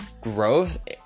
growth